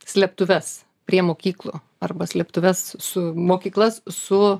slėptuves prie mokyklų arba slėptuves su mokyklas su